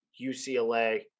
UCLA